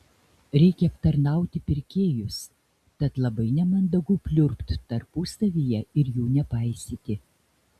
reikia aptarnauti pirkėjus tad labai nemandagu pliurpt tarpusavyje ir jų nepaisyti